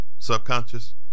Subconscious